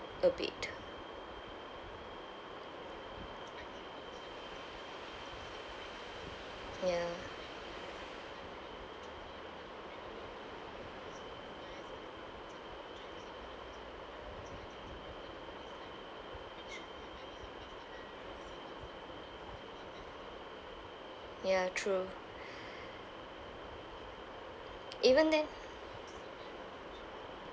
a bit ya ya true even then